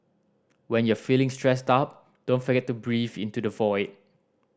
when you are feeling stressed out don't forget to breathe into the void